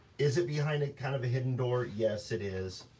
is it behind it kind of a hidden door? yes it is,